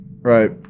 right